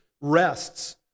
rests